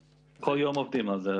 כל יום עובדים על זה.